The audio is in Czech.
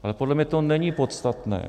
Ale podle mě to není podstatné.